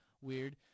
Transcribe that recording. weird